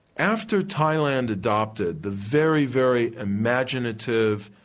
after thailand adopted the very, very imaginative,